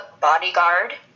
bodyguard